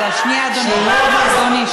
שנייה, אדוני.